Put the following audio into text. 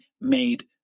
made